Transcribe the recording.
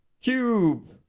cube